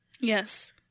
Yes